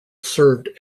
served